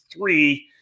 three